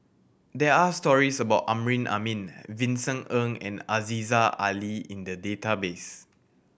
there are stories about Amrin Amin Vincent Ng and Aziza Ali in the database